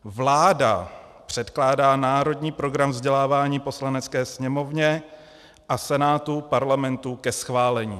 Vláda předkládá Národní program vzdělávání Poslanecké sněmovně a Senátu Parlamentu ke schválení.